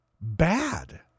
bad